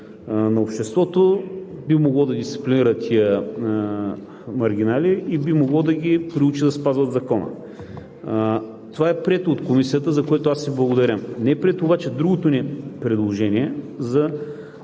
на обществото би могло да дисциплинира тези маргинали и би могло да ги научи да спазват закона. Това е прието от Комисията, за което им благодаря, при това че другото ни предложение за